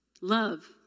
love